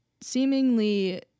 seemingly